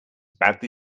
badly